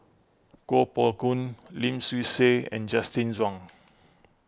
Kuo Pao Kun Lim Swee Say and Justin Zhuang